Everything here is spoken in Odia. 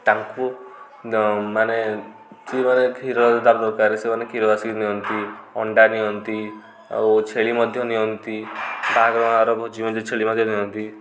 ତାଙ୍କୁ ମାନେ ଯିଏ ମାନେ କ୍ଷୀର ଯାହାର ଦରକାରେ ସେମାନେ କ୍ଷୀର ଆସିକି ନିଅନ୍ତି ଅଣ୍ଡା ନିଅନ୍ତି ଆଉ ଛେଳି ମଧ୍ୟ ନିଅନ୍ତି ବାହାଘର ଆରଭୋଜି ମଧ୍ୟ ଛେଳି ମଧ୍ୟ ନିଅନ୍ତି